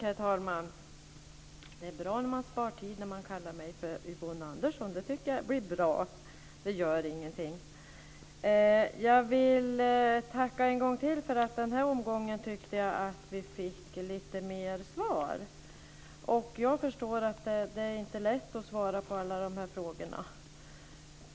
Herr talman! Det är bra när man spar tid genom att kalla mig för Yvonne Andersson. Det tycker jag blir bra. Det gör ingenting. Jag vill tacka en gång till. Jag tyckte att vi fick lite fler svar den här omgången. Jag förstår att det inte är lätt att svara på alla de här frågorna.